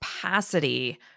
capacity